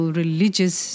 religious